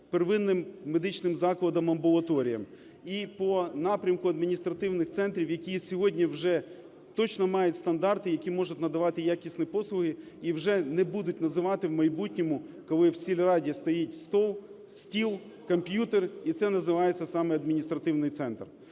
первинним медичним закладам (амбулаторіям), і по напрямку адміністративних центрів, які сьогодні вже точно мають стандарти, які можуть надавати якісні послуги, і вже не будуть називати в майбутньому, коли в сільраді стоїть стіл, комп'ютер - і це називається саме адміністративний центр.